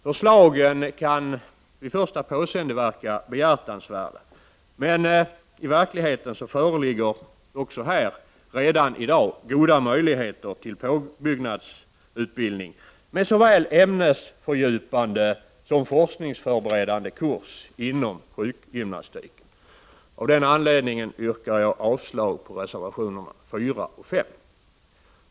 Förslagen kan vid första påseende verka behjärtansvärda, men i verkligheten föreligger också här redan i dag goda möjligheter till påbyggnadsutbildning med såväl ämnesfördjupande som forskningsförberedande kurs inom sjukgymnastiken. Av denna anledning yrkar jag avslag på reservationerna 4 och 5.